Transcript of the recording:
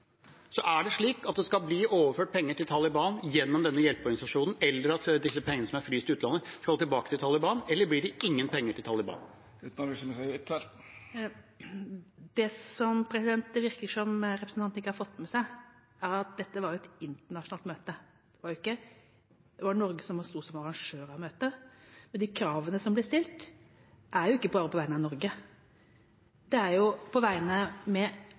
Er det slik at det skal bli overført penger til Taliban gjennom denne hjelpeorganisasjonen, eller at disse pengene som er fryst i utlandet, skal tilbake til Taliban, eller blir det ingen penger til Taliban? Det som det virker som representanten ikke har fått med seg, er at dette var et internasjonalt møte. Det var Norge som stod som arrangør av møtet, men kravene ble jo ikke stilt på vegne av bare Norge. Det er på vegne av allierte som vi har deltatt militært sammen med